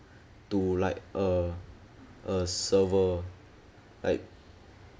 to like a a server like